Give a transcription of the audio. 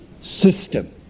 system